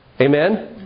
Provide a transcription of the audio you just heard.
Amen